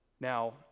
Now